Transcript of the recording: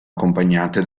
accompagnate